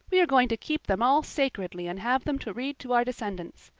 we are going to keep them all sacredly and have them to read to our descendants.